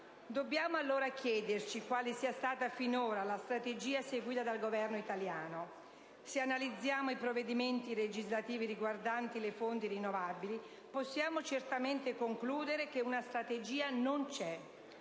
Dobbiamo allora chiederci quale sia stata finora la strategia seguita dal Governo italiano. Se analizziamo i provvedimenti legislativi riguardanti le fonti rinnovabili, possiamo certamente concludere che una strategia non c'è.